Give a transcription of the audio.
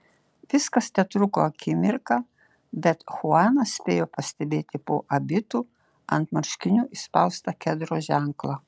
viskas tetruko akimirką bet chuanas spėjo pastebėti po abitu ant marškinių įspaustą kedro ženklą